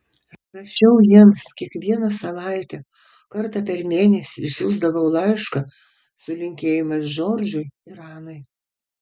rašiau jiems kiekvieną savaitę kartą per mėnesį išsiųsdavau laišką su linkėjimais džordžui ir anai